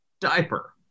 diaper